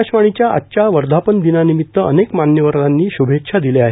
आकाशवाणीच्या आजच्या वर्धापन दिनानिमित्त अनेक मान्यवरांनी श्भेच्छा दिल्या आहेत